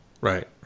Right